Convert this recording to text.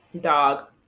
Dog